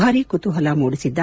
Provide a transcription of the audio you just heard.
ಭಾರೀ ಕುತೂಪಲ ಮೂಡಿಸಿದ್ದ